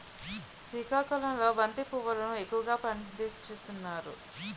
సికాకుళంలో బంతి పువ్వులును ఎక్కువగా పండించుతారు